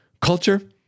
culture